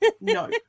no